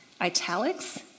italics